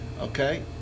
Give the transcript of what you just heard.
okay